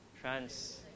trans